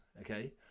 Okay